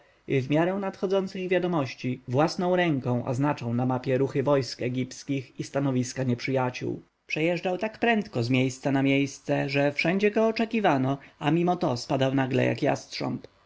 w miarę nadchodzących wiadomości własną ręką oznaczał na mapie ruchy wojsk egipskich i stanowiska nieprzyjaciół przejeżdżał tak prędko z miejsca na miejsce że wszędzie go oczekiwano a mimo to spadał nagle jak